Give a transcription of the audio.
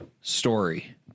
story